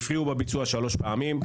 הפריעו בביצוע שלוש פעמים,